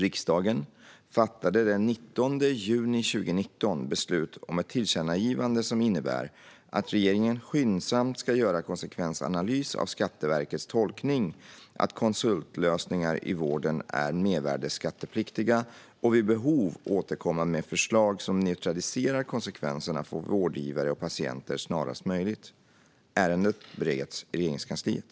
Riksdagen fattade den 19 juni 2019 beslut om ett tillkännagivande som innebar att regeringen skyndsamt skulle göra en konsekvensanalys av Skatteverkets tolkning att konsultlösningar i vården är mervärdesskattepliktiga och vid behov återkomma med ett förslag som neutraliserar konsekvenserna för vårdgivare och patienter snarast möjligt . Ärendet bereds i Regeringskansliet.